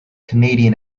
canadian